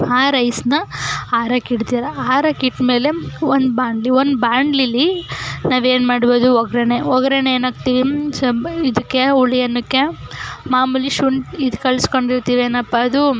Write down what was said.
ಆ ರೈಸನ್ನ ಆರೋಕ್ಕಿಡ್ತೀರ ಆರೋಕ್ಕಿಟ್ಮೇಲೆ ಒಂದು ಬಾಣಲಿ ಒಂದು ಬಾಣಲಿಲಿ ನಾವೇನು ಮಾಡ್ಬೋದು ಒಗ್ಗರಣೆ ಒಗ್ರಣೆಗೆ ಏನು ಹಾಕ್ತೀವಿ ಸ್ವಲ್ಪ ಇದಕ್ಕೆ ಹುಳಿ ಅನ್ನಕ್ಕೆ ಮಾಮೂಲಿ ಶುಂಠಿ ಇದು ಕಲಸ್ಕೊಂಡಿರ್ತೀವಿ ಏನಪ್ಪಾ ಅದು